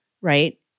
right